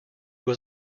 was